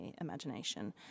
imagination